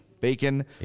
bacon